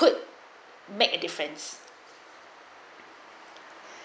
could make a differents